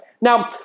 Now